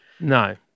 No